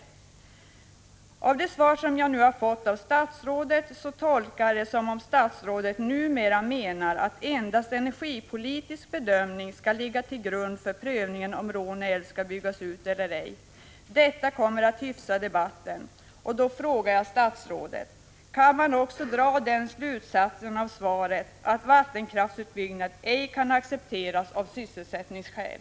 Det svar jag nu har fått av statsrådet tolkar jag så att statsrådet numera menar att endast en energipolitisk bedömning skall ligga till grund för prövningen av om Råne älv skall byggas ut eller ej. Detta kommer att hyfsa debatten. Då frågar jag statsrådet: Kan man av svaret också dra den slutsatsen att vattenkraftsutbyggnad ej kan accepteras av sysselsättningsskäl?